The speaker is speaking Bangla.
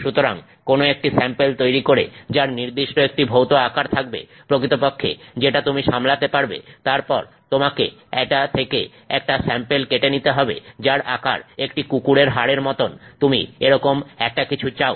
সুতরাং কোনো একটি স্যাম্পেল তৈরি করে যার নির্দিষ্ট একটি ভৌত আকার থাকবে প্রকৃতপক্ষে যেটা তুমি সামলাতে পারবে তারপর তোমাকে এটা থেকে একটি স্যাম্পেল কেটে নিতে হবে যার আকার একটি কুকুরের হাড়ের মতন তুমি এরকম একটা কিছু চাও